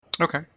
okay